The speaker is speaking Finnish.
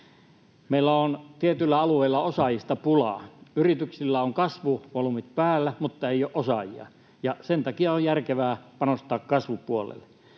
Meillä on tietyillä alueilla osaajista pulaa. Yrityksillä on kasvuvolyymit päällä, mutta ei ole osaajia, ja sen takia on järkevää panostaa kasvupuolelle.